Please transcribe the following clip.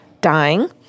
dying